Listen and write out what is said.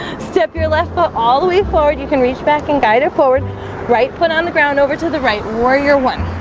step your left foot all the way forward you can reach back and guide it forward right foot on the ground over to the right where your one